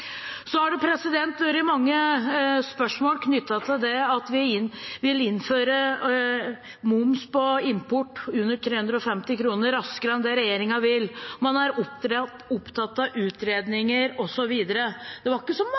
Så har det vært mange spørsmål knyttet til at vi vil innføre moms på import under 350 kr, raskere enn det regjeringen vil. Man er opptatt av utredninger osv. Det var ikke så